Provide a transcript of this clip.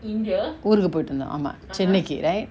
ஊருக்கு போய்ட்டு வந்தோ ஆமா:ooruku poitu vantho aama chennai க்கு:kku right